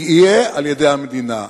תהיה על-ידי המדינה.